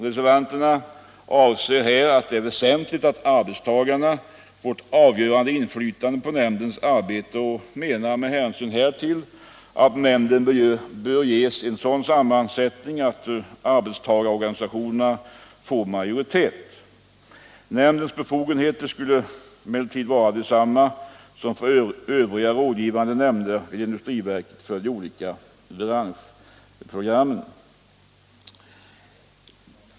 Reservanterna anser = strin här att det är väsentligt att arbetstagarna får ett avgörande inflytande på nämndens arbete och att nämnden därför bör ges en sådan sammansättning att arbetstagarorganisationerna får majoritet. Nämndens befogenheter skulle emellertid vara desamma som för övriga rådgivande nämnder som inrättas för de olika branschprogrammen.